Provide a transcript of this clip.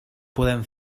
podem